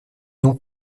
non